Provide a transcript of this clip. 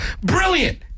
Brilliant